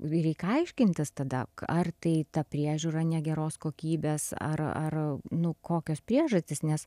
reik aiškintis tada ar tai ta priežiūra negeros kokybės ar ar nu kokios priežastys nes